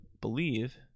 believe